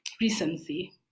recency